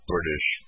British